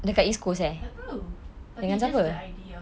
tak tahu tapi just the idea